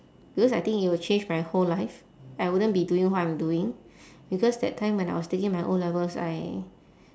because I think it will change my whole life like I wouldn't be doing what I'm doing because that time when I was taking my O-levels I